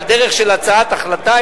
על דרך של הצעת החלטה,